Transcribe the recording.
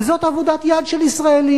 וזאת עבודת יד של ישראלים,